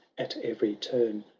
at every turn,